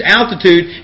altitude